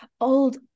old